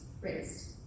raised